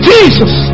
Jesus